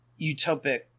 utopic